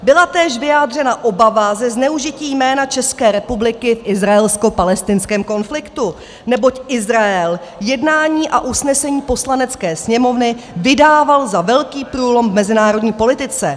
Byla též vyjádřena obava ze zneužití jména České republiky v izraelskopalestinském konfliktu, neboť Izrael jednání a usnesení Poslanecké sněmovny vydával za velký průlom v mezinárodní politice.